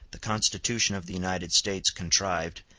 the constitution of the united states contrived,